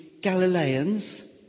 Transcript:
Galileans